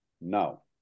no